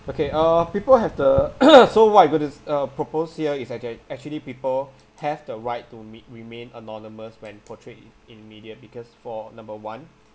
okay uh people have the so what I gon~ uh propose here is act~ actually people have the right to me~ remain anonymous when portrayed i~ in media because for number one